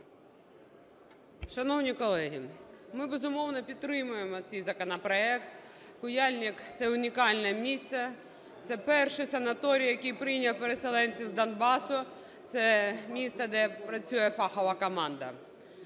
Шановні колеги, ми, безумовно, підтримуємо цей законопроект. Куяльник – це унікальне місце, це перший санаторій, який прийняв переселенців з Донбасу, це місто, де працює фахова команда.